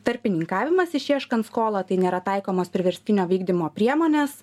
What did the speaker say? tarpininkavimas išieškant skolą tai nėra taikomos priverstinio vykdymo priemonės